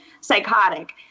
psychotic